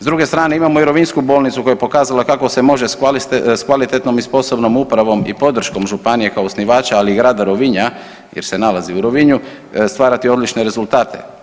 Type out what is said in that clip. S druge strane, imamo i rovinjsku bolnicu koje je pokazala kako se može s kvalitetnom i sposobnom upravom i podrškom županije kao osnivača, ali i grada Rovinja jer se nalazi u Rovinju, stvarati odlične rezultate.